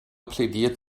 plädiert